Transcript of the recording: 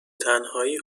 تنهایی